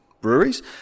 breweries